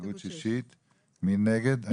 מי נגד?